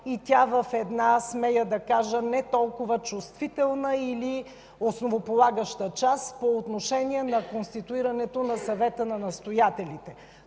и тя в една, смея да кажа, в една не толкова чувствителна или основополагаща част по отношение на конституирането на Съвета на настоятелите.